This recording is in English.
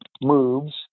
moves